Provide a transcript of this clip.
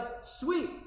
sweet